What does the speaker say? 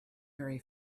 very